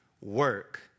work